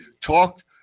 Talked